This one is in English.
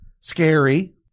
scary